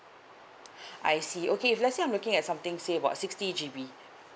I see okay if let's say I'm looking at something say about sixty G_B